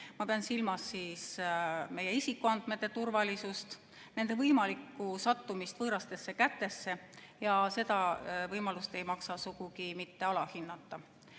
Ma pean silmas meie isikuandmete turvalisust ja nende võimalikku sattumist võõrastesse kätesse. Seda võimalust ei maksa sugugi mitte alahinnata. On